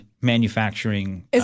manufacturing